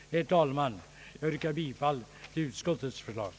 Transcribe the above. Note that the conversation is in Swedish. Herr talman, jag yrkar bifall till utskottets förslag.